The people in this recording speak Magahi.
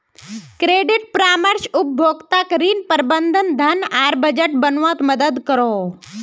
क्रेडिट परामर्श उपभोक्ताक ऋण, प्रबंधन, धन आर बजट बनवात मदद करोह